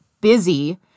busy